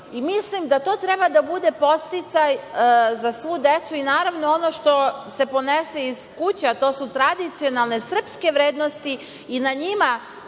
nauka. Mislim da to treba da bude podsticaj za svu decu. Naravno, i ono što se ponese iz kuće, a to su tradicionalne srpske vrednosti i na njima